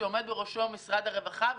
שבראשו עומד משרד הרווחה,